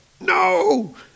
No